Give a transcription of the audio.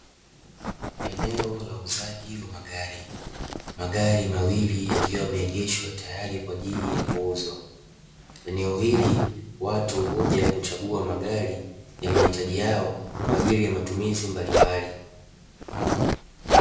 Eneo la uuzaji wa magari, magari mawili yakiwa yameegeshwa tayari kwa ajili ya kuuzwa, eneo hili watu huja kuchagua magari ya mahitaji yao kwa ajili ya matumizi mbalimbali.